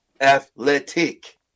athletic